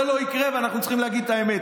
זה לא יקרה, ואנחנו צריכים להגיד את האמת.